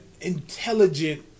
intelligent